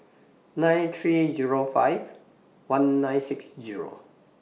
nine three Zero five one nine six Zero